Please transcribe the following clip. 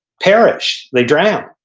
perished. they drowned.